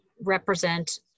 represent